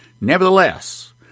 Nevertheless